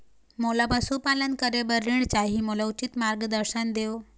मोला पशुपालन करे बर ऋण चाही, मोला उचित मार्गदर्शन देव?